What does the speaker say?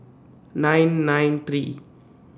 nine nine three